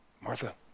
Martha